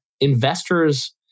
investors